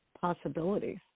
possibilities